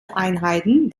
einheiten